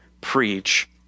preach